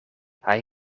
hij